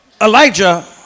Elijah